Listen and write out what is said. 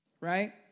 right